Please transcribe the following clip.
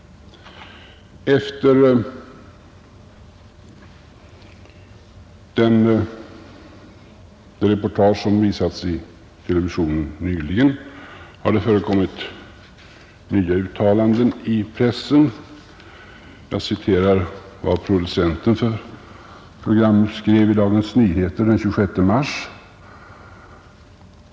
Efter det reportage som visades i televisionen nyligen har det förekommit nya uttalanden i pressen. Jag citerar vad producenten för programmet skrev i Dagens Nyheter den 26 mars.